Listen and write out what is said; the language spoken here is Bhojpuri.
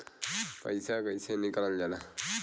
खाता से पैसा कइसे निकालल जाला?